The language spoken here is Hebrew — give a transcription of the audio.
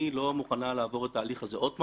לא מוכנה לעבור את התהליך הזה עוד פעם,